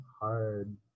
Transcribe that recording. hard